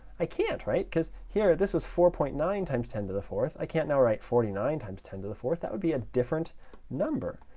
i can't, right? because here, this was four point nine times ten to the fourth. i can't now write forty nine times ten to the fourth. that would be a different number.